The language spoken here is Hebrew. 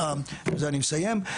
עם זה אני מסיים,